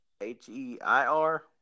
H-E-I-R